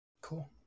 Cool